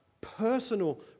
Personal